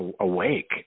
awake